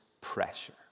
pressure